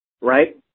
right